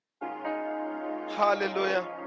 Hallelujah